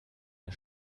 der